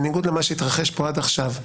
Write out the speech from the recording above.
בניגוד למה שהתרחש פה עד עכשיו,